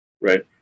right